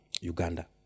Uganda